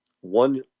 One